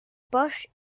poche